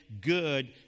good